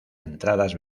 entradas